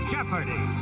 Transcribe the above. Jeopardy